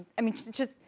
i mean, just,